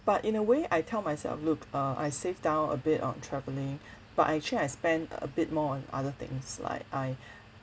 but in a way I tell myself look uh I saved down a bit on traveling but I actually I spend a bit more on other things like I